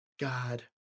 God